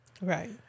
Right